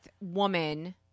woman